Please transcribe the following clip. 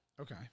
Okay